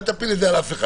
אל תפיל את זה על אף אחד,